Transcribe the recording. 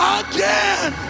again